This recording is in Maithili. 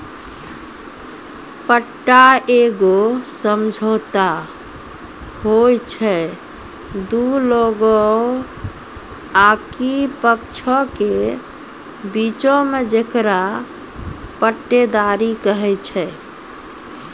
पट्टा एगो समझौता होय छै दु लोगो आकि पक्षों के बीचो मे जेकरा पट्टेदारी कही छै